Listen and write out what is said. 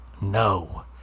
no